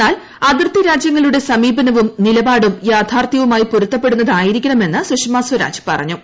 എന്നാൽ അതിർത്തി രാജ്യങ്ങളുടെ സമീപനവും നിലപാടും യാഥാർത്ഥ്യവുമായി പൊരുത്തപ്പെടുന്നതായിരിക്കണമെന്ന് സുഷ്മാസ്വരാജ് പറഞ്ഞു